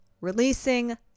releasing